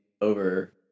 over